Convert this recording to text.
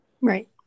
Right